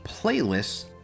playlists